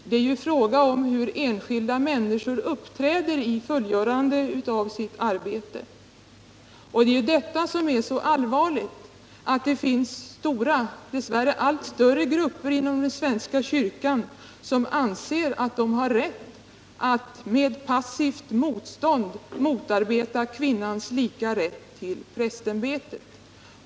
Det gäller ju hur enskilda människor uppträder under fullgörande av sitt arbete. Och det allvarliga är att det finns stora och dess värre allt större grupper inom den svenska kyrkan som anser att de har rätt att med passivt motstånd motarbeta kvinnans lika rätt till prästämbetet.